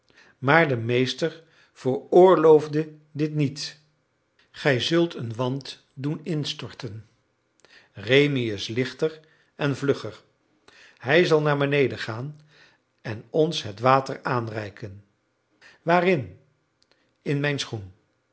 maar de meester veroorloofde dit niet gij zult een wand doen instorten rémi is lichter en vlugger hij zal naar beneden gaan en ons het water aanreiken waarin in mijn schoen